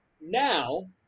now